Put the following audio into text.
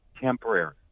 temporary